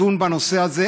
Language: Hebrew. בנושא הזה.